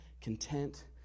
content